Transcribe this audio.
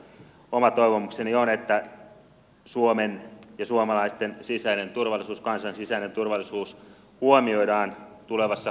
oma toivomukseni on että suomen ja suomalaisten sisäinen turvallisuus kansan sisäinen turvallisuus huomioidaan tulevassa kehysriihessä